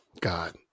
God